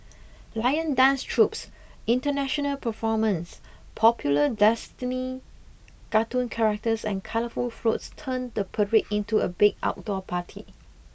lion dance troupes international performers popular destiny cartoon characters and colourful floats turn the parade into a big outdoor party